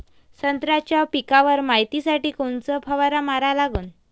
संत्र्याच्या पिकावर मायतीसाठी कोनचा फवारा मारा लागन?